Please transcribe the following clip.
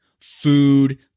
Food